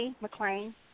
McLean